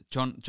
John